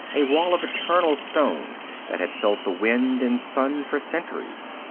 a wall of eternal stone that had felt the wind and sun for centuries.